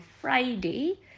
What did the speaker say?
Friday